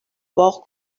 واق